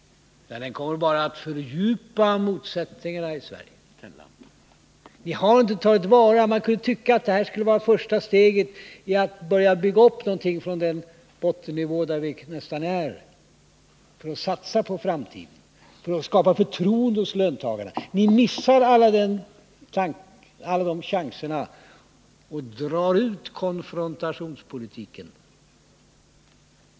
Den kommer bara att fördjupa motsättningarna i Sverige. Ni skulle nu kunna ta det första steget för att bygga upp någonting från näst intill bottennivå som vi befinner oss på, för att satsa på framtiden och skapa förtroende hos löntagarna. Men ni har inte tagit vara på den möjligheten. Ni missar alla de chanser som finns och drar ut konfrontationspolitiken.